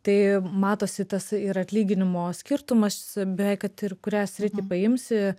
tai matosi tas ir atlyginimo skirtumas beveik kad ir kurią sritį paimsi